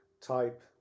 type